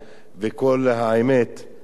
ו"קול האמת",